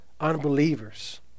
unbelievers